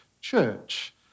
church